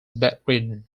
bedridden